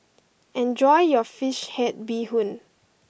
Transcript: enjoy your Fish Head Bee Hoon